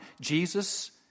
Jesus